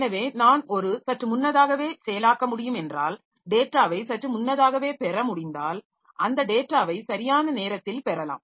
எனவே நான் ஒரு சற்று முன்னதாகவே செயலாக்க முடியும் என்றால் டேட்டாவை சற்று முன்னதாகவே பெற முடிந்தால் அந்தத் டேட்டாவை சரியான நேரத்தில் பெறலாம்